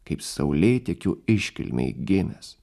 kaip saulėtekio iškilmei gimęs